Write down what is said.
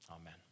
amen